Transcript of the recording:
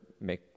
make